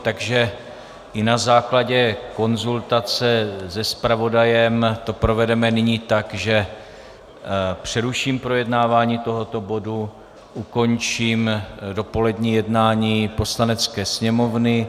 Takže i na základě konzultace se zpravodajem to provedeme nyní tak, že přeruším projednávání tohoto bodu, ukončím dopolední jednání Poslanecké sněmovny.